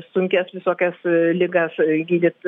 sunkias visokias ligas gydyt